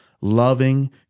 loving